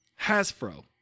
Hasbro